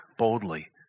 boldly